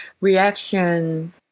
reaction